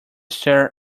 stare